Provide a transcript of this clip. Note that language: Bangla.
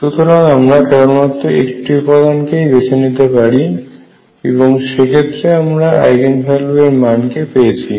সুতরাং আমরা কেবলমাত্র একটি উপাদান কেই বেছে নিতে পারি এবং সেক্ষেত্রে আমরা আইগেন ভ্যালু এর মান কে পেয়েছি